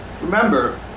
Remember